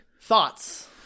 thoughts